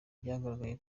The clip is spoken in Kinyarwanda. byagaragaye